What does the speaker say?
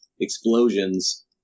explosions